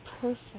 perfect